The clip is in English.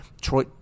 Troy